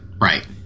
right